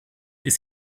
ist